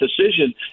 decision